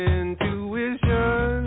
intuition